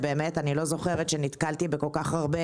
אני באמת לא זוכרת שנתקלתי בכל כך הרבה